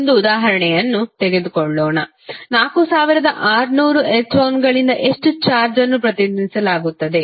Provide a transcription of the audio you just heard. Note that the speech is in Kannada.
ಒಂದು ಉದಾಹರಣೆಯನ್ನು ತೆಗೆದುಕೊಳ್ಳೋಣ 4600 ಎಲೆಕ್ಟ್ರಾನ್ಗಳಿಂದ ಎಷ್ಟು ಚಾರ್ಜ್ ಅನ್ನು ಪ್ರತಿನಿಧಿಸಲಾಗುತ್ತದೆ